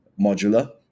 modular